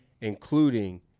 including